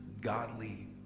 godly